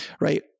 right